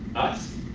us